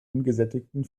ungesättigten